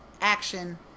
action